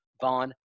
Vaughn